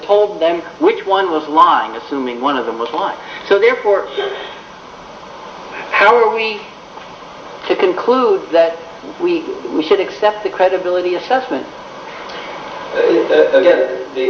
told them which one was lying assuming one of them was lying so therefore how are we to conclude that we should accept the credibility assessment